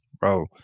Bro